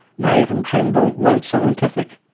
nave and trendall weren't scientific,